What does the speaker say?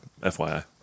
FYI